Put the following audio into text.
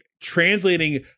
translating